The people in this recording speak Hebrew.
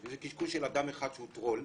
זה קשקוש של אדם אחד שהוא טרול.